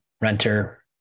renter